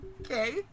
okay